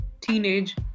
teenage